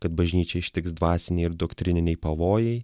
kad bažnyčią ištiks dvasiniai ir doktrininiai pavojai